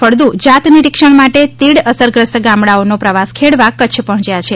ફળદુ જાતનિરિક્ષણ માટે તિડ અસરગ્રસ્ત ગામડાઓનો પ્રવાસ ખેડવા કચ્છ પર્હોચ્યા છે